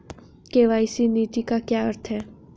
KYC नीति का क्या अर्थ है?